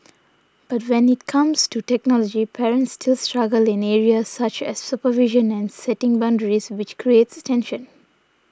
but when it comes to technology parents still struggle in areas such as supervision and setting boundaries which creates tension